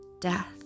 death